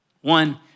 One